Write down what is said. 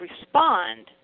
respond